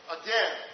again